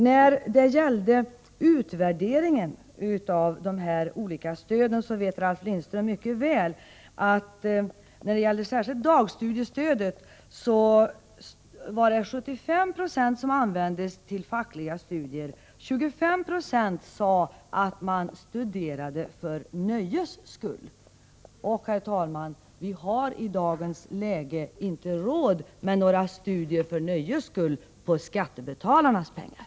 Enligt den utvärdering av de olika stöden som gjorts vet Ralf Lindström mycket väl att 75 90 av deltagarna använder dagstudiestödet för fackliga studier, medan 25 96 studerar för nöjes skull. Vi har i dag, herr talman, inte råd med några studier för nöjes skull på skattebetalarnas bekostnad!